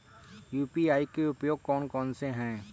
UPI के उपयोग कौन कौन से हैं?